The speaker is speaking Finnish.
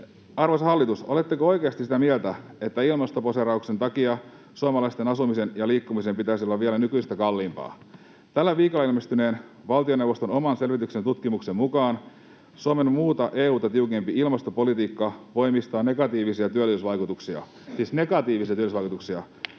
Arvoisa hallitus, oletteko oikeasti sitä mieltä, että ilmastoposeerauksen takia suomalaisten asumisen ja liikkumisen pitäisi olla vielä nykyistä kalliimpaa? Tällä viikolla ilmestyneen valtioneuvoston oman selvityksen ja tutkimuksen mukaan Suomen muuta EU:ta tiukempi ilmastopolitiikka voimistaa negatiivisia työllisyysvaikutuksia